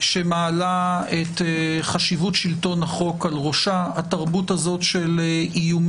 גם הממשלה קיבלה את ההארכה הזאת כדי לתקן את החקיקה.